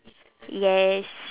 yes